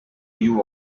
you